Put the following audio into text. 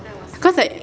cause like